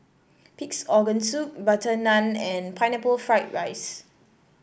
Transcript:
Pig's Organ Soup Butter Naan and Pineapple Fried Rice